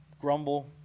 Grumble